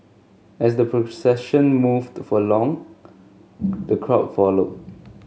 as the procession moved for long the crowd followed